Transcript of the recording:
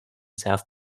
south